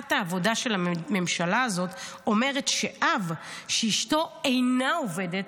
הנחת העבודה של הממשלה הזאת אומרת שאב שאשתו אינה עובדת,